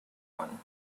one